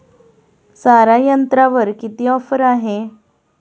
सारा यंत्रावर किती ऑफर आहे?